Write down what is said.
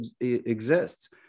exists